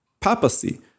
papacy